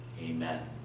Amen